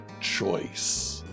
Choice